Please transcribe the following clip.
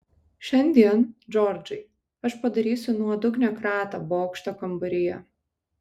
šiandien džordžai aš padarysiu nuodugnią kratą bokšto kambaryje